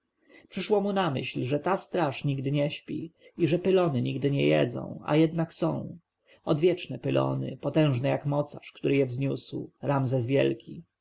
przyszło mu na myśl że ta straż nigdy nie śpi i że pylony nigdy nie jedzą a jednak są odwieczne pylony potężne jak mocarz który je wznosił ramzes wielki